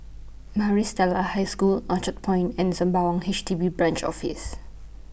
Maris Stella High School Orchard Point and Sembawang H D B Branch Office